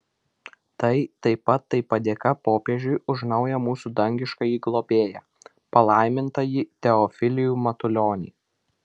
tai taip pat tai padėka popiežiui už naują mūsų dangiškąjį globėją palaimintąjį teofilių matulionį